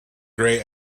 grey